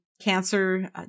cancer